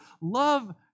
love